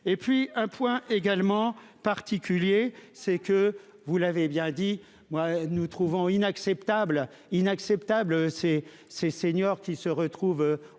et puis un point également particulier c'est que vous l'avez bien dit moi nous trouvons inacceptable inacceptable ces ces seniors qui se retrouvent